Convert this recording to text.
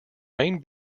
main